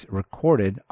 recorded